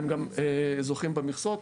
הם גם זוכים במכסות.